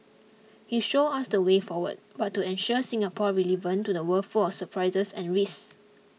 he showed us the way forward how to ensure Singapore's relevance to the world full of surprises and risks